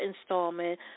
installment